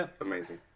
amazing